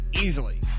easily